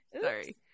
sorry